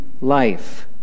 life